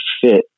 fit